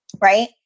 right